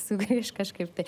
sugrįš kažkaip tai